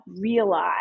realize